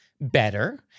better